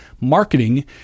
marketing